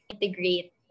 integrate